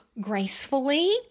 gracefully